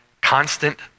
constant